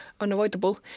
unavoidable